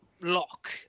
lock